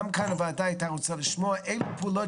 גם כאן הוועדה הייתה רוצה לשמוע אילו פעולות